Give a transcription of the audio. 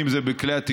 זה לא נכון.